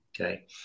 Okay